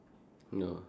ya